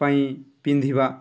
ପାଇଁ ପିନ୍ଧିବା